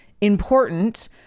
important